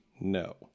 No